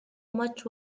much